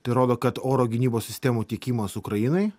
tai rodo kad oro gynybos sistemų tiekimas ukrainai